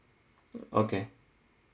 okay